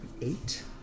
eight